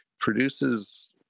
produces